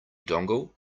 dongle